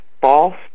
false